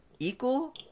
equal